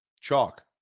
Chalk